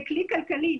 זה כלי כלכלי,